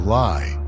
lie